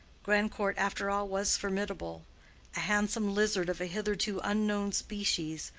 grandcourt after all was formidable a handsome lizard of a hitherto unknown species,